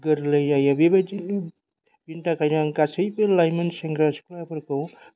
गोरलै जायो बेबायदिनो बिनि थाखायनो आं गासैबो लाइमोन सेंग्रा सिख्लाफोरखौ